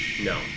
No